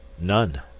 None